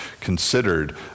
considered